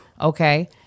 Okay